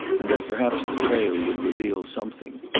and that perhaps the trail would reveal something.